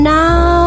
now